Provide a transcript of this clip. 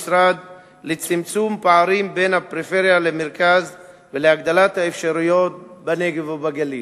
לצמצום פערים בין הפריפריה למרכז ולהגדלת האפשרויות בנגב ובגליל.